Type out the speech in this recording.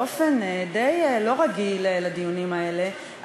באופן די לא רגיל לדיונים האלה,